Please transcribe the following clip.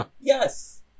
Yes